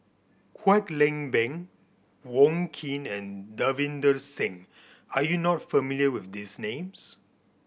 Kwek Leng Beng Wong Keen and Davinder Singh are you not familiar with these names